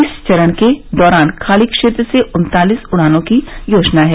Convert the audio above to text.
इस चरण के दौरान खाड़ी क्षेत्र से उन्तालीस उड़ानों की योजना है